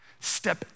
Step